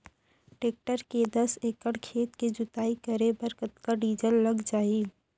Tractor ले दस एकड़ खेत के जुताई करे बर कतका डीजल लग जाही?